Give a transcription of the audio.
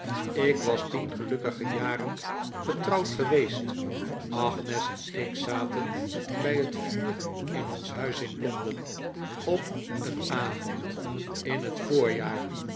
ik was tien gelukkige jaren getrouwd geweest agnes en ik zaten bij het vuur in ons huis in londen op een avond in het voorjaar